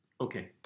Okay